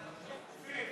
נתקבלו.